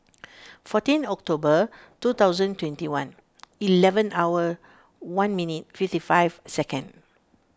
fourteen October two thousand twenty one eleven hour one minute fifty five second